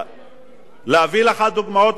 להביא לך דוגמאות,